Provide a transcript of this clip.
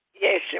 Yes